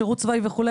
שירות צבאי וכו',